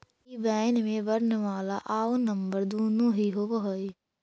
आई बैन में वर्णमाला आउ नंबर दुनो ही होवऽ हइ